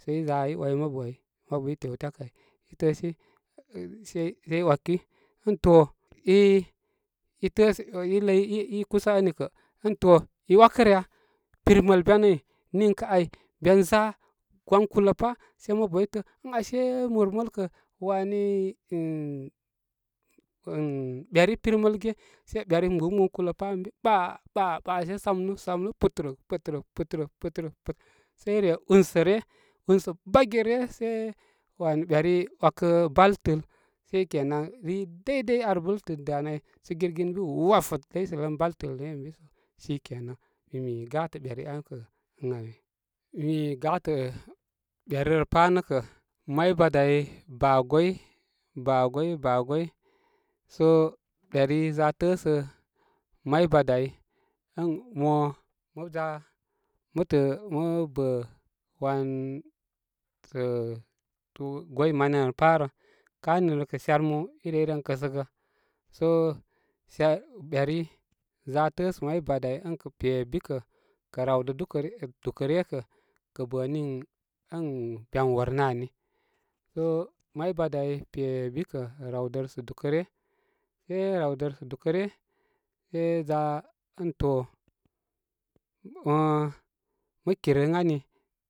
Sə i za i way mabu ai mabu i tew tyakə' ai i tə'ə' si səi waki ən to i, i təə si i ləy i i kusa ani kə' ən to i 'wakə rə ya pirməl be nayi niŋkə ai ben za wan killə pa sə mabu ai i təə ən ase muməl kə' wani mini mini beri pirməl ge sai beri gbɨwgbɨn kulə pa ən bi ɓa, ɓa, ɓa sai samnu samnu putərək, pubartərək, putərək, pubartərək, putərək pubar sai re ilnsə ryə, unsə bagi ryə se wan beri 'wakə bal tɨl danə ai sə girgin ən bi wafət ləysə lən bal tɨl le an bi sə sikenan mimi gatə beri ar kə ən ani mimi gatə beri rə pabar nə kə may badə ai baa gwoi baagwoi baagwoi sə beri za təə sə may bagdə ai ən mo mə za tə, mo bə wan sə gwoi mane an pa rə ka nini rə kə' shyarmu i reven kəsəgə sə shgar, beri za təə sə may baka ai ən kə' pe bikə' kə' rawdə dukə rgə dukə ryə kə' kə bə nii ən ben wor nə ani. Sə may badə ai be bikə rawdərə sə dukə ryə se rawdərə sə' dukə ryə se za ən to mo mə kire ən emi.